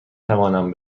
توانم